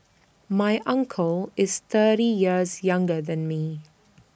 my uncle is thirty years younger than me